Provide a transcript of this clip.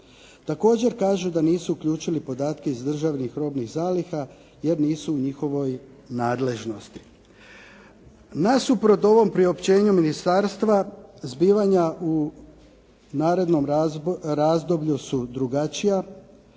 Također kaže da nisu uključili podatke iz državnih robnih zaliha, jer nisu u njihovoj nadležnost. Nasuprot ovom priopćenju ministarstva, zbivanja u narednom razdoblju su drugačija